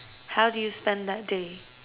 how do you spend that day